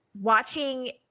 watching